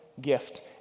gift